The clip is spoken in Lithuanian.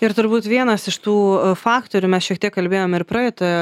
ir turbūt vienas iš tų faktorių mes šiek tiek kalbėjom ir praeitoje